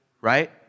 right